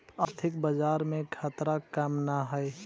आर्थिक बाजार में खतरा कम न हाई